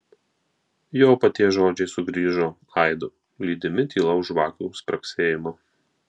jo paties žodžiai sugrįžo aidu lydimi tylaus žvakių spragsėjimo